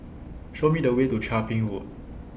Show Me The Way to Chia Ping Road